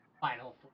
final